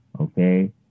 Okay